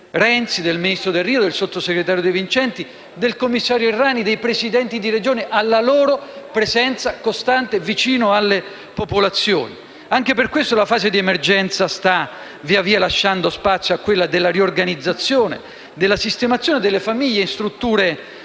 Renzi, del ministro Delrio, del sottosegretario De Vincenti, del commissario Errani, dei Presidenti di Regione, grazie alla loro presenza costante vicino alle popolazioni. Anche per questo la fase di emergenza sta, via via, lasciando spazio a quella della riorganizzazione e della sistemazione delle famiglie in strutture ospitali,